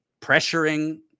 pressuring